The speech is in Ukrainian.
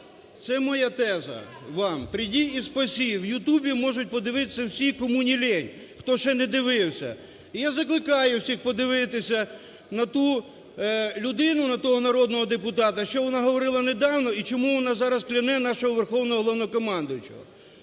Це моя теза вам: прийди и спаси. В Ютубі можуть подивитися всі, кому не лінь, хто ще не дивився. І я закликаю всіх подивитися на ту людину, на того народного депутата, що вона говорила недавно, і чому вона зараз кляне нашого Верховного Головнокомандуючого.